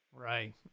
Right